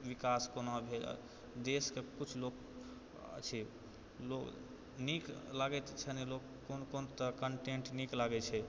विकास कोना होइत देशके कुछ लोक छै लोक नीक लागैत छै लोक कोन कोन कन्टेन्ट नीक लागै छै